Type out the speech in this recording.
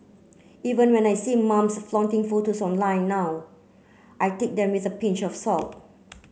even when I see mums flaunting photos online now I take them with a pinch of salt